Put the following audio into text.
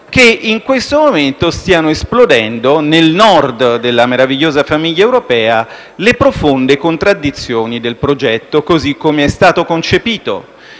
che in questo momento stiano esplodendo nel Nord della meravigliosa famiglia europea le profonde contraddizioni del progetto così come è stato concepito.